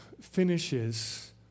finishes